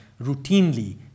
routinely